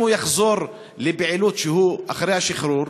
אם הוא יחזור לפעילות אחרי השחרור,